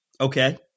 Okay